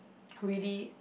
really